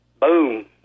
Boom